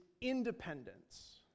independence